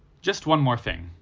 just one more thing,